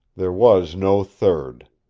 there was no third.